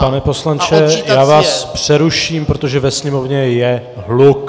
Pane poslanče, já vás přeruším, protože ve sněmovně je hluk!